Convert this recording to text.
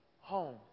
home